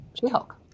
She-Hulk